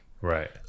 right